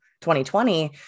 2020